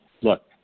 look